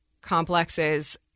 complexes